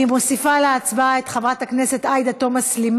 חבר הכנסת נחמן שי,